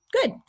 good